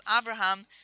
Abraham